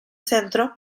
centro